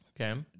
Okay